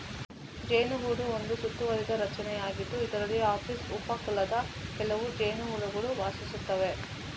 ಜೇನುಗೂಡು ಒಂದು ಸುತ್ತುವರಿದ ರಚನೆಯಾಗಿದ್ದು, ಇದರಲ್ಲಿ ಅಪಿಸ್ ಉಪ ಕುಲದ ಕೆಲವು ಜೇನುಹುಳುಗಳು ವಾಸಿಸುತ್ತವೆ